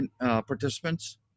participants